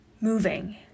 moving